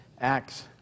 Acts